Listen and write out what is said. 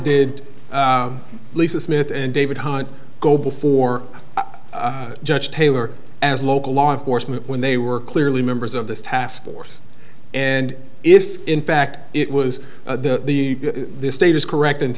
did lisa smith and david hunt go before judge taylor as local law enforcement when they were clearly members of the task force and if in fact it was the the the state is correct